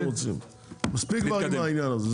תעשו מה שאתם רוצים, מספיק כבר עם העניין הזה.